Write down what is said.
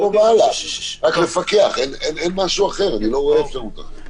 אני לא רואה אפשרות אחרת.